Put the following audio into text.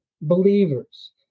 believers